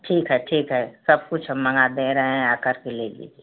ठीक है ठीक है सब कुछ हम मँगा दे रहे हैं आ करके ले लीजिए